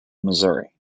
missouri